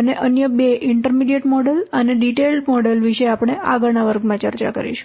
અને અન્ય બે ઈન્ટરમીડીયેટ મોડેલ અને ડિટેઈલ્ડ મોડેલ વિશે આપણે આગળના વર્ગમાં ચર્ચા કરીશું